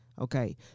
Okay